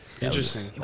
Interesting